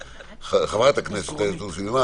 חברת הכנסת יוליה מלינובסקי קונין,